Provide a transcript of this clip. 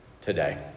today